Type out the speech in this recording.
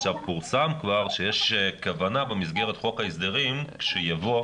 עכשיו פורסם כבר שיש כוונה במסגרת חוק ההסדרים שיבוא,